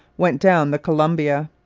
went down the columbia.